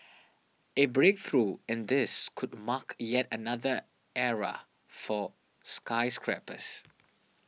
a breakthrough in this could mark yet another era for skyscrapers